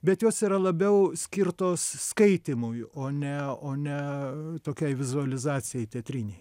bet jos yra labiau skirtos skaitymui o ne o ne tokiai vizualizacijai teatrinei